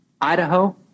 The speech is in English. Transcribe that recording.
Idaho